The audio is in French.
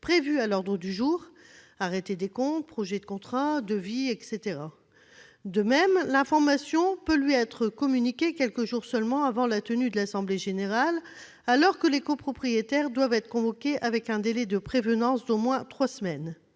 prévues à l'ordre du jour : arrêté des comptes, projets de contrats, devis ... De même, l'information peut lui être communiquée quelques jours seulement avant la tenue de l'assemblée générale, alors que les copropriétaires doivent être convoqués avec un délai de prévenance d'au moins trois semaines.